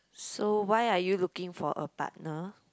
so why are you looking for a partner